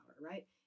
right